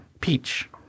Peach